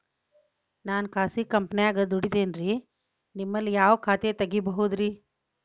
ನಾನು ಖಾಸಗಿ ಕಂಪನ್ಯಾಗ ದುಡಿತೇನ್ರಿ, ನಿಮ್ಮಲ್ಲಿ ಯಾವ ಖಾತೆ ತೆಗಿಬಹುದ್ರಿ?